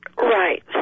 Right